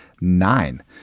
nine